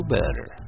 better